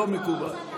לא מקובל.